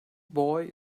boy